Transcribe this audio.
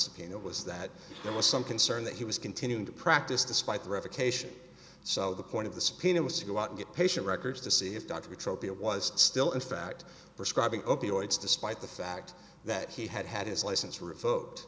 subpoena was that there was some concern that he was continuing to practice despite revocation so the point of the subpoena was to go out and get patient records to see his doctor tropi it was still in fact prescribing opioids despite the fact that he had had his license revoked